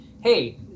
hey